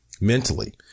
Mentally